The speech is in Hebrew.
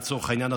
לצורך העניין,